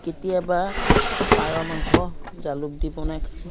কেতিয়াবা পাৰ মাংস জালুক দি বনাই